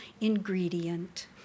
ingredient